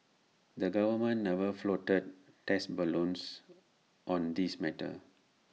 the government never floated test balloons on this matter